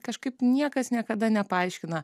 kažkaip niekas niekada nepaaiškina